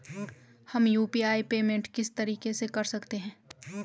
हम UPI payment किस तरीके से कर सकते हैं?